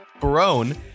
Barone